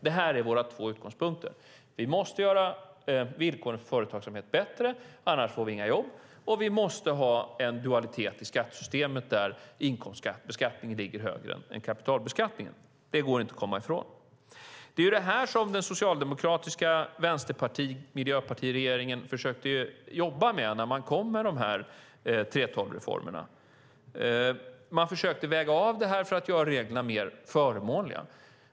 Det här är våra två utgångspunkter: Vi måste göra villkoren för företagsamheten bättre, för annars får vi inga jobb, och vi måste ha en dualitet i skattesystemet där inkomstbeskattningen ligger högre än kapitalbeskattningen. Det går inte att komma ifrån. Det var det här som den socialdemokratiska regeringen med stöd från Vänsterpartiet och Miljöpartiet försökte jobba med när man kom med 3:12-reformerna. Man försökte att väga av det här för att göra reglerna mer förmånliga.